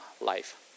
life